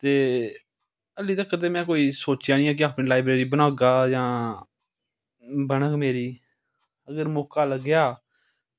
ते ऐल्ली तगर ते में कोई सोचेआ निं ऐ की अपनी लाईब्रेरी बनागा जां बनग मेरी अगर मौका लग्गेआ